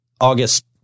August